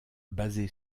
basé